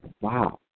Wow